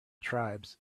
tribes